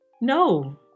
No